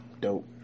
dope